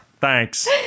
Thanks